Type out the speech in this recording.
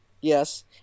Yes